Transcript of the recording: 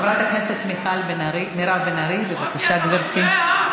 חברת הכנסת מירב בן ארי, בבקשה, גברתי.